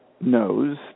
knows